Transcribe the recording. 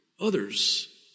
others